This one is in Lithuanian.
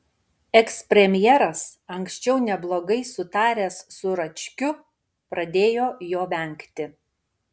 ekspremjeras anksčiau neblogai sutaręs su račkiu pradėjo jo vengti